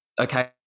okay